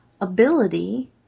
ability